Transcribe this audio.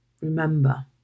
Remember